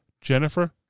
Jennifer